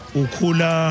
ukula